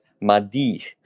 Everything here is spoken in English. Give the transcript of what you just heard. Madi